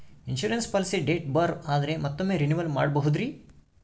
Insurance policy date ಬಾರ್ ಆದರೆ ಮತ್ತೊಮ್ಮೆ ರಿನಿವಲ್ ಮಾಡಬಹುದ್ರಿ?